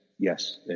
Yes